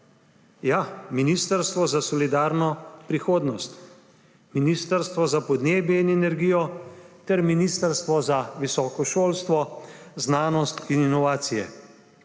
Ja, ministrstvo za solidarno prihodnost, ministrstvo za podnebje in energijo ter ministrstvo za visoko šolstvo, znanost in inovacije.